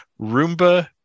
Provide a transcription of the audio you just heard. Roomba